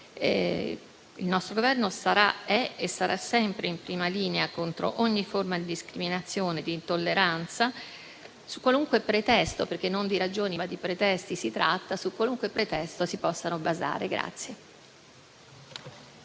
Il nostro Governo è e sarà sempre in prima linea contro ogni forma di discriminazione e di intolleranza, su qualunque pretesto - perché non di ragioni, ma di pretesti si tratta - si possano basare.